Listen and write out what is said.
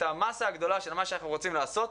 את המסה הגדולה של מה שאנחנו רוצים לעשות,